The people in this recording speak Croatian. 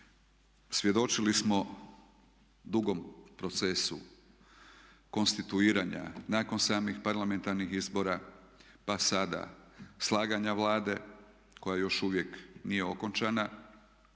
Svjedočili smo dugom procesu konstituiranja nakon samih parlamentarnih izbora pa sada slaganja Vlade koja još uvijek nije okončana.